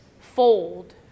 fold